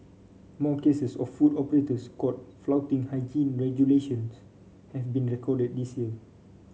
more cases of food operators caught flouting hygiene regulations have been recorded this year